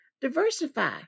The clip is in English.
diversify